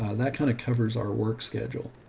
ah that kind of covers our work schedule.